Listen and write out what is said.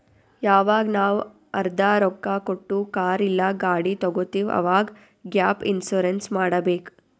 ಯವಾಗ್ ನಾವ್ ಅರ್ಧಾ ರೊಕ್ಕಾ ಕೊಟ್ಟು ಕಾರ್ ಇಲ್ಲಾ ಗಾಡಿ ತಗೊತ್ತಿವ್ ಅವಾಗ್ ಗ್ಯಾಪ್ ಇನ್ಸೂರೆನ್ಸ್ ಮಾಡಬೇಕ್